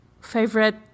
favorite